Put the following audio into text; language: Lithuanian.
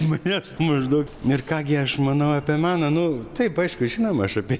manęs maždaug ir ką gi aš manau apie meną nu taip aišku žinoma aš apie